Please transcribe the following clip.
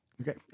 Okay